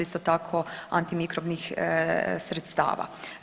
Isto tako antimikrobnih sredstava.